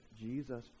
Jesus